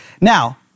Now